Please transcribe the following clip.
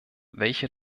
welche